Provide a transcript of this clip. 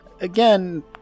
Again